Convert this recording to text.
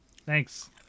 Thanks